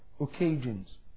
occasions